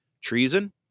treason